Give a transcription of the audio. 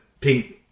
pink